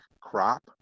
crop